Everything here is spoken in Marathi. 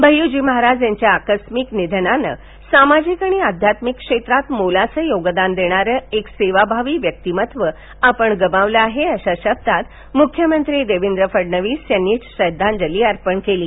भय्यूजी महाराज यांच्या आकस्मिक निधनाने सामाजिक आणि आध्यात्मिक क्षेत्रात मोलाचे योगदान देणारे एक सेवाभावी व्यक्तिमत्त्व आपण गमावले आहे अशा शब्दांत मुख्यमंत्री देवेंद्र फडणवीस यांनी श्रध्दांजली अर्पण केली आहे